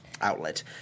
outlet